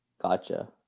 gotcha